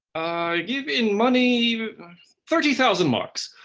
ah give in money thirty thousand marks.